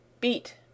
Beat